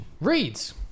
reads